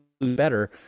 better